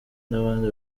n’abandi